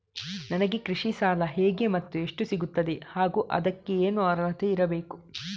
ನನಗೆ ಕೃಷಿ ಸಾಲ ಹೇಗೆ ಮತ್ತು ಎಷ್ಟು ಸಿಗುತ್ತದೆ ಹಾಗೂ ಅದಕ್ಕೆ ಏನು ಅರ್ಹತೆ ಇರಬೇಕು?